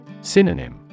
Synonym